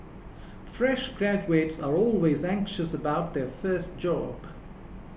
fresh graduates are always anxious about their first job